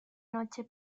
noche